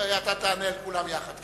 ואתה תענה לכולם יחד.